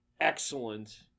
excellent